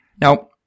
Now